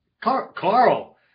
Carl